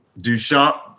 Duchamp